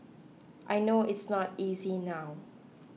I know it's not easy now